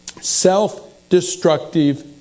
self-destructive